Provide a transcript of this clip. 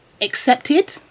accepted